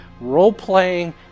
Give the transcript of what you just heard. role-playing